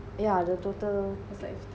yeah the total